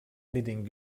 editing